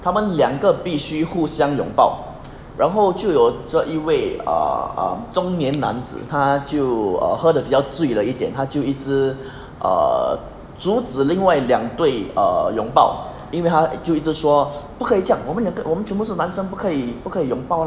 他们两个必须互相拥抱然后就有这一位 um um 中年男子他就喝的比较醉了一点他就一直 err 阻止另外两对拥抱因为他就一直说不可以将我们两个我们全部是男生不可以不可以拥抱 lah